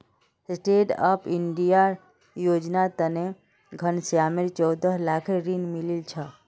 stand up India योजनार तने घनश्यामक चौदह लाखेर ऋण मिलील छ